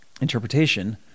interpretation